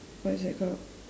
what's that called